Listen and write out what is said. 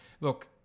look